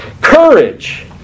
courage